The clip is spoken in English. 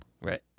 right